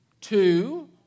Two